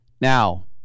Now